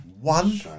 one